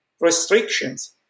restrictions